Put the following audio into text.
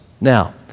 Now